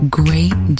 great